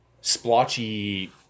splotchy